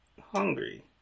hungry